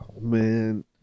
Man